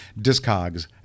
discogs